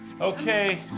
Okay